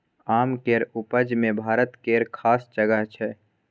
आम केर उपज मे भारत केर खास जगह छै